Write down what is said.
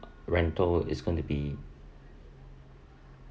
rental is going to be